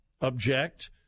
object